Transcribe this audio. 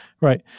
Right